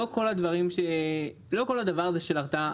לא כל הדבר הזה של הרתעה.